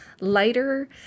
lighter